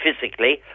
physically